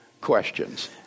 questions